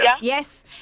Yes